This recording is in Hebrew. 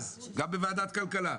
אמרו לנו אז גם בוועדת הכלכלה,